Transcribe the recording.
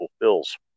fulfills